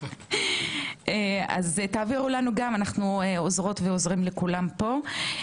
אנו עוזרות ועוזרים לכולם פה.